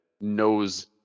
knows